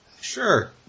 sure